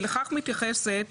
ולכך מתייחסת